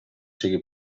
sigui